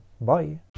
bye